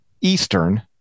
Eastern